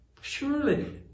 Surely